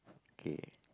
okay